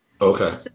Okay